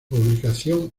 publicación